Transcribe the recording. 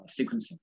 sequencing